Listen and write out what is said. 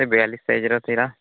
ସେ ବୟାଳିଶି ସାଇଜ୍ର ଥିଲା